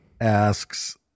asks